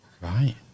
Right